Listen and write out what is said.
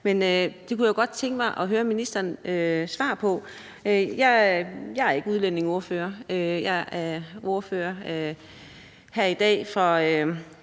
men det kunne jeg godt tænke mig at høre ministerens svar på. Jeg er ikke udlændingeordfører. Jeg er ordfører her i dag for